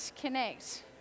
connect